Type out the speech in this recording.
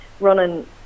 Running